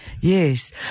Yes